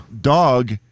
Dog